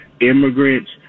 immigrants